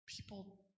People